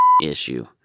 issue